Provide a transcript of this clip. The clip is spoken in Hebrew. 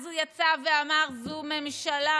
אז הוא יצא ואמר: זו ממשלה,